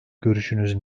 görüşünüz